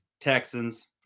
Texans